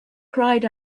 cried